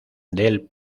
del